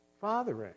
fathering